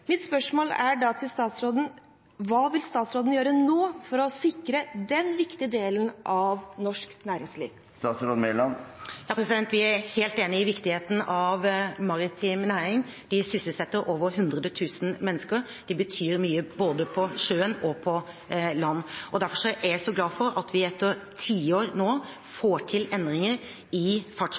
Mitt spørsmål er da til statsråden: Hva vil statsråden gjøre nå for å sikre den viktige delen av norsk næringsliv? Vi er helt enige i viktigheten av maritim næring. Den sysselsetter over 100 000 mennesker og betyr mye både på sjøen og på land. Derfor er jeg så glad for at vi etter tiår nå får til endringer i